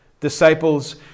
disciples